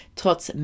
trots